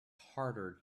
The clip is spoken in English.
harder